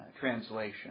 translation